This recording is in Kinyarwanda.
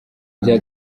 rya